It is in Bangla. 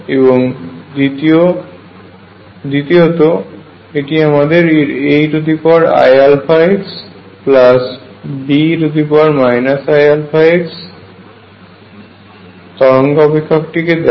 এবং দ্বিতীয়ত এটি আমাদের AeiαxBe iαx তরঙ্গ অপেক্ষকটিকে দেয়